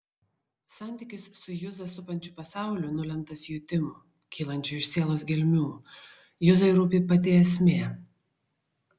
santykis su juzą supančiu pasauliu nulemtas jutimų kylančių iš sielos gelmių juzai rūpi pati esmė